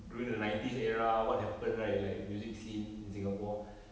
during the nineties era what happened right like music scenes in singapore